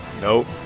Nope